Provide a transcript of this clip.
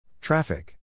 Traffic